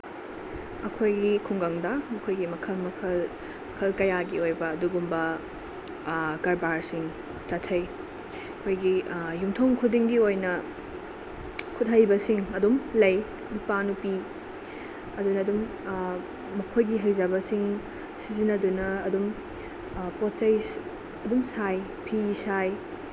ꯑꯩꯈꯣꯏꯒꯤ ꯈꯨꯡꯒꯪꯗ ꯃꯈꯣꯏꯒꯤ ꯃꯈꯜ ꯃꯈꯜ ꯃꯈꯜ ꯀꯌꯥꯒꯤ ꯑꯣꯏꯕ ꯑꯗꯨꯒꯨꯝꯕ ꯀꯔꯕꯥꯔꯁꯤꯡ ꯆꯠꯊꯩ ꯑꯩꯈꯣꯏꯒꯤ ꯌꯨꯝꯊꯣꯡ ꯈꯨꯗꯤꯡꯒꯤ ꯑꯣꯏꯅ ꯈꯨꯠꯍꯩꯕꯁꯤꯡ ꯑꯗꯨꯝ ꯂꯩ ꯅꯨꯄꯥ ꯅꯨꯄꯤ ꯑꯗꯨꯗ ꯑꯗꯨꯝ ꯃꯈꯣꯏꯒꯤ ꯍꯩꯖꯕꯁꯤꯡ ꯁꯤꯖꯤꯟꯅꯗꯨꯅ ꯑꯗꯨꯝ ꯄꯣꯠ ꯆꯩ ꯑꯗꯨꯝ ꯁꯥꯏ ꯐꯤ ꯁꯥꯏ